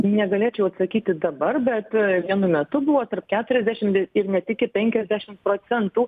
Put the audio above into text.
negalėčiau atsakyti dabar bet vienu metu buvo tarp keturiasdešim ir net iki penkiasdešim procentų